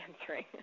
answering